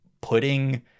putting